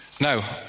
Now